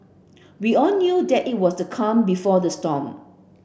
we all knew that it was the calm before the storm